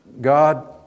God